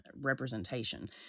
representation